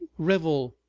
revel,